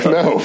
no